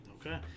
Okay